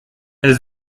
est